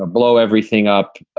ah blow everything up.